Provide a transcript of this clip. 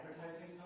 advertising